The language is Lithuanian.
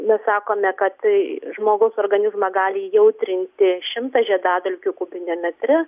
na sakome kad žmogaus organizmą gali jautrinti šimtas žiedadulkių kubiniam metre